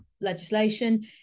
legislation